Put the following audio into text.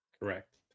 Correct